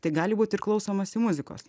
tai gali būti klausomasi muzikos